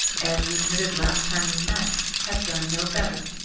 as you admitted last time we met, have done no better.